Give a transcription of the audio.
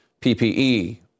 PPE